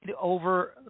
over